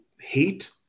hate